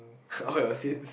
all your sins